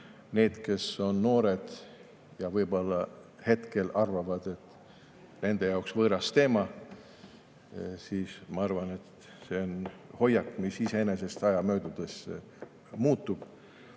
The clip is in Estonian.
Need, kes on noored, võib-olla hetkel arvavad, et nende jaoks on see võõras teema, aga ma arvan, et see hoiak iseenesest aja möödudes muutub.